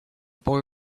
boy